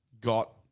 got